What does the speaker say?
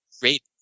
great